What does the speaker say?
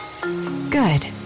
Good